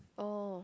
oh